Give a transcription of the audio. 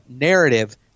narrative